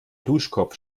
duschkopf